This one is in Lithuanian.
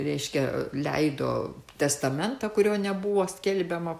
reiškia leido testamentą kurio nebuvo skelbiama